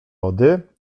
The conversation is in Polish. lody